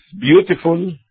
beautiful